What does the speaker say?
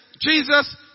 Jesus